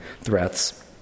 threats